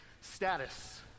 status